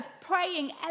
praying